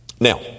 Now